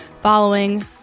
following